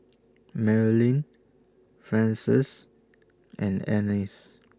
Marilyn Frances and Annice